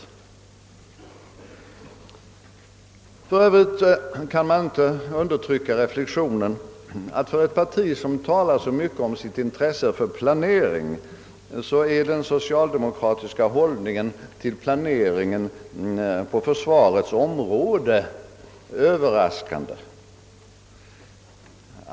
För övrigt kan man inte undertrycka tanken att för ett parti som talar så mycket om sitt intresse för planering är den socialdemokratiska hållningen till planeringen på försvarets område överraskande.